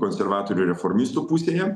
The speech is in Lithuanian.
konservatorių reformistų pusėje